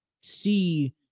see